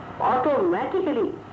Automatically